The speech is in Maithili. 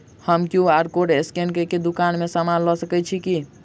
हम क्यू.आर कोड स्कैन कऽ केँ दुकान मे समान लऽ सकैत छी की?